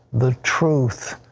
the truth.